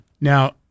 Now